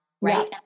right